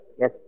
Yes